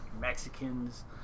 Mexicans